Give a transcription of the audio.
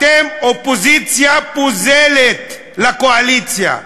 אתם אופוזיציה פוזלת לקואליציה.